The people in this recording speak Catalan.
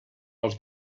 els